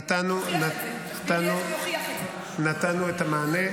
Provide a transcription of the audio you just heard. --- נתנו את המענה.